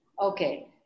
Okay